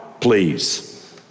please